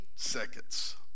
seconds